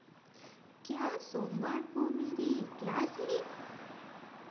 क्या सोमवार को मेरी क्लास है